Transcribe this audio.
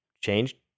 change